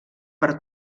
per